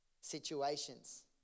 situations